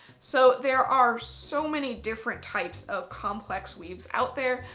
so there are so many different types of complex weaves out there.